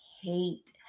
hate